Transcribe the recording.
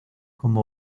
como